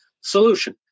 solution